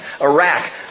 Iraq